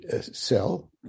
cell